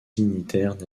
dignitaires